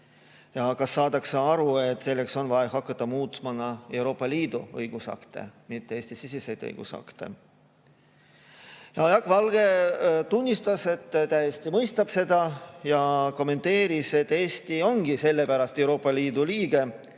ja kas saadakse aru, et selleks on vaja hakata muutma ka Euroopa Liidu õigusakte, mitte ainult Eesti-siseseid õigusakte. Jaak Valge tunnistas, et ta täiesti mõistab seda, ja kommenteeris, et Eesti ongi sellepärast Euroopa Liidu liige,